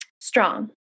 Strong